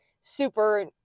super